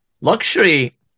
Luxury